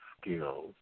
skills